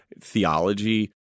Theology